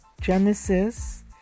Genesis